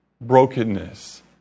brokenness